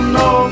no